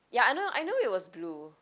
ya I know I know it was blue